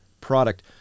product